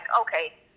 okay